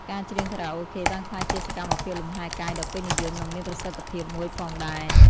ការច្រៀងខារ៉ាអូខេបានក្លាយជាសកម្មភាពលំហែកាយដ៏ពេញនិយម និងមានប្រសិទ្ធភាពមួយផងដែរ។